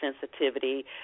sensitivity